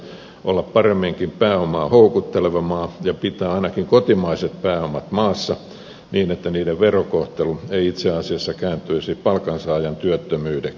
suomen kannattaisi olla paremminkin pääomaa houkutteleva maa ja pitää ainakin kotimaiset pääomat maassa niin että niiden verokohtelu ei itse asiassa kääntyisi palkansaajan työttömyydeksi